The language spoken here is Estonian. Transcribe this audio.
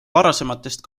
varasematest